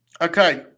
Okay